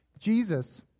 Jesus